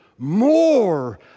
More